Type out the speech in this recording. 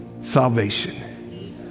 salvation